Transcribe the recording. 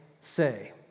say